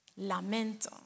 Lamento